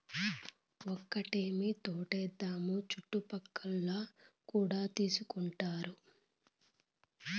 ఒక్కటేమీ తోటే ఏద్దాము చుట్టుపక్కలోల్లు కూడా తీసుకుంటారు